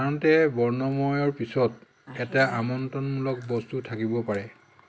সাধাৰণতে বৰ্ণময়ৰ পিছত এটা আমন্ত্ৰণমূলক বস্তু থাকিব পাৰে